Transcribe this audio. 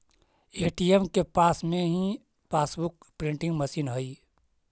ATM के पास में ही पासबुक प्रिंटिंग मशीन हई